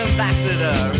Ambassador